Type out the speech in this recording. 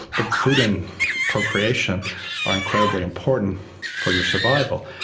but food and procreation are incredibly important for your survival,